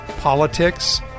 politics